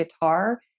guitar